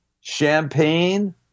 champagne